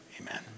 amen